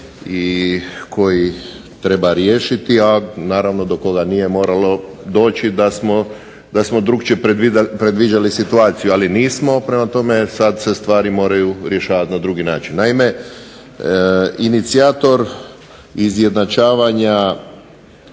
i koji treba riješiti, a naravno do koga nije moralo doći da smo drugačije predviđali situaciju, ali nismo. Prema tome, sada se stvari moraju rješavati na drugi način. Naime, inicijator izjednačavanja